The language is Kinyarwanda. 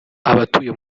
abatuye